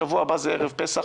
שבוע הבא זה ערב פסח.